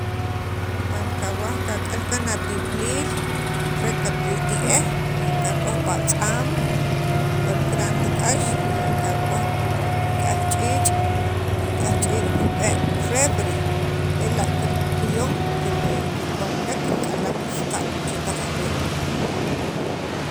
cuando kawaj kak'al kaan atib'iliil ret ka li ti'ej kakoj pi atz'aam par kirb'ant k'ax y kakoj pi nik'yaj chiich' nik'yaj ch'iich' rib'e' refri ela' kir kirkuyon kikawnwk kirk'alan saqa'n chetaq aween.